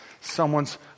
someone's